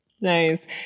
Nice